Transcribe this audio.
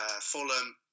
Fulham